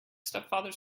stepfather